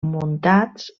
muntats